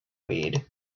weed